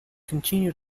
continue